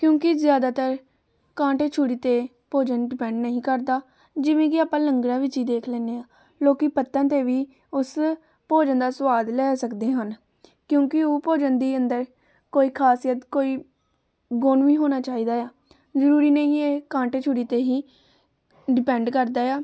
ਕਿਉਂਕਿ ਜ਼ਿਆਦਾਤਰ ਕਾਂਟੇ ਛੁਰੀ 'ਤੇ ਭੋਜਨ ਡਿਪੈਂਡ ਨਹੀਂ ਕਰਦਾ ਜਿਵੇਂ ਕਿ ਆਪਾਂ ਲੰਗਰਾਂ ਵਿੱਚ ਹੀ ਦੇਖ ਲੈਂਦੇ ਹਾਂ ਲੋਕ ਪੱਤਨ 'ਤੇ ਵੀ ਉਸ ਭੋਜਨ ਦਾ ਸਵਾਦ ਲੈ ਸਕਦੇ ਹਨ ਕਿਉਂਕਿ ਉਹ ਭੋਜਨ ਦੀ ਅੰਦਰ ਕੋਈ ਖ਼ਾਸੀਅਤ ਕੋਈ ਗੁਣ ਵੀ ਹੋਣਾ ਚਾਹੀਦਾ ਆ ਜ਼ਰੂਰੀ ਨਹੀਂ ਇਹ ਕਾਂਟੇ ਛੂਰੀ 'ਤੇ ਹੀ ਡਿਪੈਂਡ ਕਰਦਾ ਆ